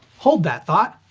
hold that thought,